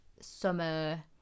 summer